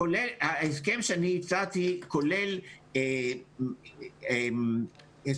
ההסכם שאני הצעתי כולל הסכם